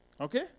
Okay